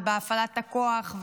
בהפעלת הכוח,